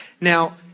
now